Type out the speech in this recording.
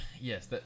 Yes